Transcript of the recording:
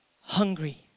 hungry